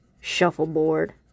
Shuffleboard